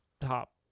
top